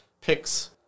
picks